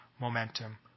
momentum